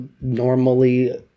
normally